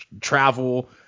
travel